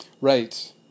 Right